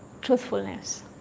truthfulness